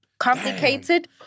Complicated